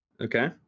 Okay